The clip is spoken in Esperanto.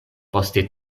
poste